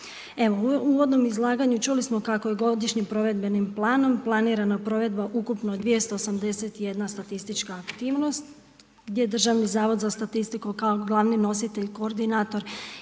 u uvodnom izlaganju čuli smo kako je godišnjim provedbenim planom planirana provedba ukupno 281 statistička aktivnost gdje Državni zavod za statistiku kao glavni nositelj, koordinator